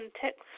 text